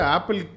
Apple